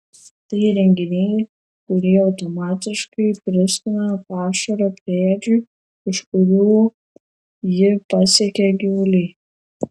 tai įrenginiai kurie automatiškai pristumia pašarą prie ėdžių iš kurių jį pasiekia gyvuliai